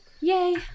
Yay